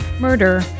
Murder